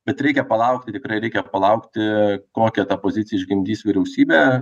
bet reikia palaukti tikrai reikia palaukti kokią tą poziciją išgimdys vyriausybė